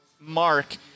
mark